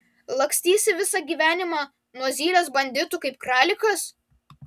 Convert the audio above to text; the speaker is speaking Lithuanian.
lakstysi visą gyvenimą nuo zylės banditų kaip kralikas